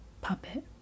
puppet